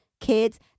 kids